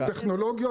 אוקיי,